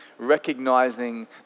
recognizing